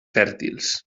fèrtils